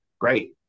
great